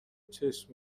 چشم